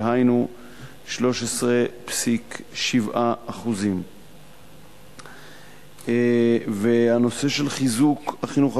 דהיינו 13.7%. הנושא של חיזוק החינוך